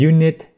Unit